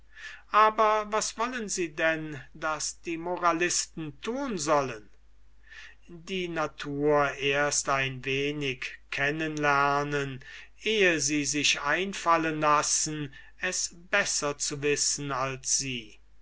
aber was wollen sie denn daß die moralisten tun sollen die natur erst ein wenig kennen lernen eh sie sich einfallen lassen es besser zu wissen als sie